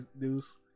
Deuce